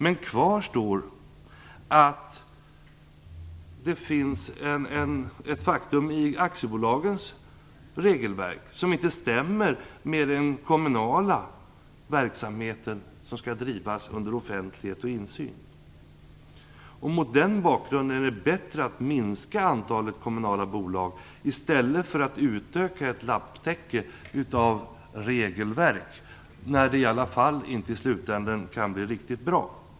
Men kvar står faktum att aktiebolagslagens regelverk inte stämmer med den kommunala verksamhet som skall drivas under offentlighet och insyn. Mot den bakgrunden är det bättre att minska antalet kommunala bolag i stället för att utöka lapptäcket av regelverk, när det i slutänden i alla fall inte blir riktigt bra.